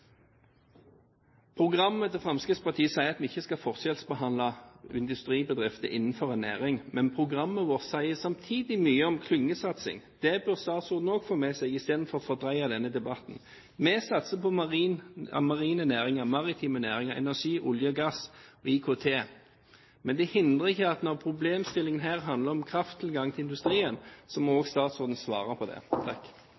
Programmet til Fremskrittspartiet sier at vi ikke skal forskjellsbehandle industribedrifter innenfor en næring. Men programmet vårt sier samtidig mye om klyngesatsing. Det bør statsråden også få med seg, istedenfor å fordreie denne debatten. Vi satser på marine næringer, maritime næringer, energi, olje og gass og IKT. Men det hindrer ikke, når problemstillingen her handler om krafttilgang til industrien, at statsråden også må svare på det. Presidenten er litt i tvil om ordet «tullete» er så